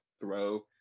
throw